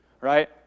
right